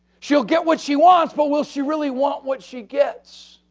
she'll get what she wants, but will she really want what she gets.